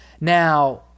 Now